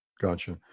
Gotcha